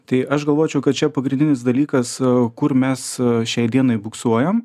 tai aš galvočiau kad čia pagrindinis dalykas kur mes šiai dienai buksuojam